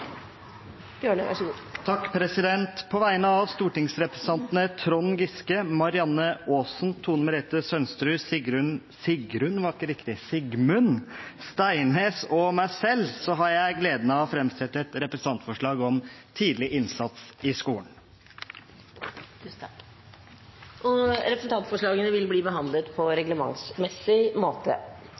På vegne av stortingsrepresentantene Trond Giske, Marianne Aasen, Tone Merete Sønsterud, Sigmund Steinnes og meg selv har jeg gleden av å framsette et representantforslag om tidlig innsats i skolen. Representantforslagene vil bli behandlet på reglementsmessig måte.